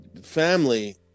family